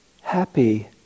happy